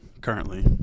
currently